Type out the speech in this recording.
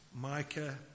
Micah